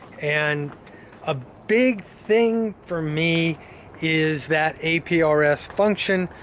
and a big thing for me is that aprs function.